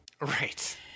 Right